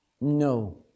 No